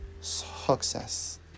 success